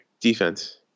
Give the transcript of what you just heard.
Defense